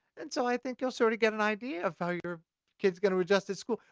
and so, i think you'll sort of get an idea of how your kid's gonna adjust to school.